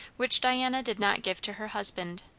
which diana did not give to her husband.